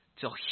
till